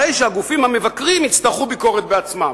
הרי שהגופים המבקרים יצטרכו ביקורת בעצמם".